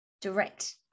direct